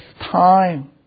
time